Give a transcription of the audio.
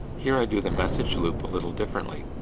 here i do the message loop a little differently.